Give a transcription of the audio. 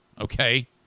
Okay